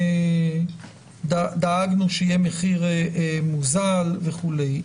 דאגנו שיהיה מחיר מוזל וכולי.